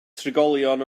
trigolion